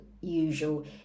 usual